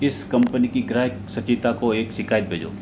इस कंपनी की ग्राहक सचिता को एक शिकायत भेजो